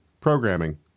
programming